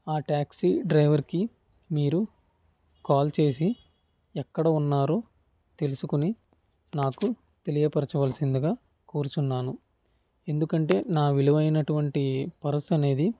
ఆ ట్యాక్సీ డ్రైవర్కి మీరు కాల్ చేసి ఎక్కడ ఉన్నారో తెలుసుకుని నాకు తెలియపరచవలసిందిగా కోరుచున్నాను ఎందుకంటే నా విలువైనటువంటి పర్స్ అనేది